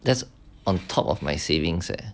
that's on top of my savings eh